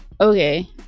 Okay